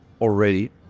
already